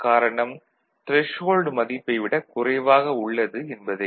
காரணம் த்ரெஷ்ஹோல்டு மதிப்பை விடக் குறைவாக உள்ளது என்பதே